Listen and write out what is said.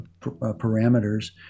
parameters